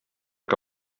que